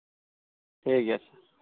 ᱴᱷᱤᱠ ᱜᱮᱭᱟ ᱟᱪᱪᱷᱟ